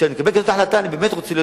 כשאני מקבל החלטה כזאת אני באמת רוצה להיות